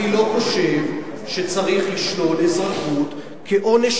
אני לא חושב שצריך לשלול אזרחות כעונש